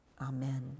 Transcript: Amen